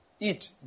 Eat